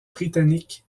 britannique